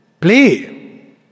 play